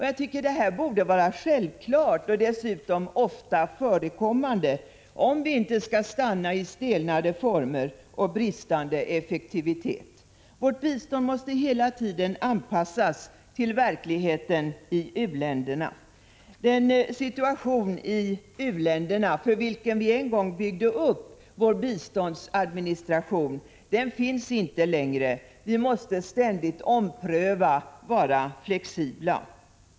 Jag tycker att sådant här borde vara självklart och dessutom ofta förekommande, om vi inte skall stanna i stelnade former och bristande effektivitet. Vårt bistånd måste hela tiden anpassas till verkligheten i u-länderna. Den situation i u-länderna för vilken vi en gång byggde upp vår biståndsadministration finns inte längre. Vi måste ständigt ompröva, vara flexibla.